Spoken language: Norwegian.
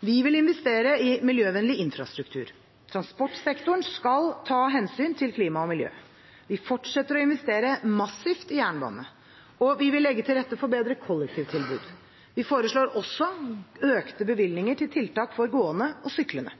Vi vil investere i miljøvennlig infrastruktur. Transportsektoren skal ta hensyn til klima og miljø. Vi fortsetter å investere massivt i jernbane. Og vi vil legge til rette for bedre kollektivtilbud. Vi foreslår også økte bevilgninger til tiltak for gående og syklende.